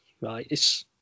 right